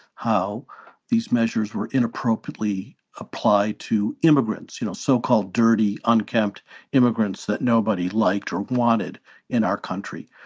how these measures were inappropriately applied to immigrants, you know, so-called dirty, unkempt immigrants that nobody liked or wanted in our country.